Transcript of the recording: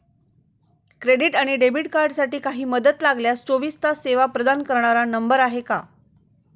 Credit आणि debit कार्डसाठी काही मदत लागल्यास चोवीस तास सेवा प्रदान करणारा नंबर आहे का?